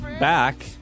Back